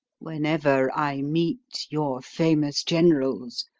whenever i meet your famous generals,